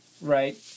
right